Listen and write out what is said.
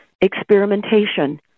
experimentation